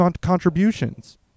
contributions